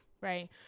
right